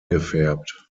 gefärbt